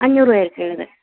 അഞ്ഞൂറ് പേർക്ക് ഉള്ളത്